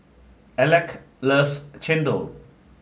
Aleck loves Chendol